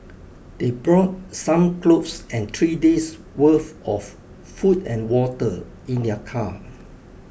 they brought some clothes and three days'worth of food and water in their car